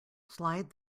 slide